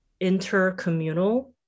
intercommunal